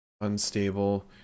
Unstable